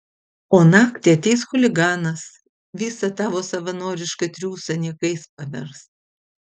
o naktį ateis chuliganas visą tavo savanorišką triūsą niekais pavers